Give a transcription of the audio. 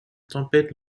tempête